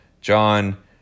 John